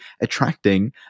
attracting